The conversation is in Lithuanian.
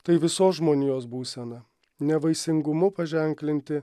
tai visos žmonijos būsena nevaisingumu paženklinti